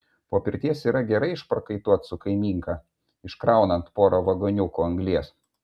po pirties yra gerai išprakaituot su kaimynka iškraunant porą vagoniukų anglies